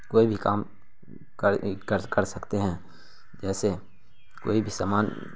کوئی بھی کام کر سکتے ہیں جیسے کوئی بھی سامان